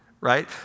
right